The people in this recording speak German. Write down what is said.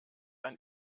ein